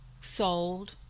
sold